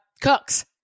Cooks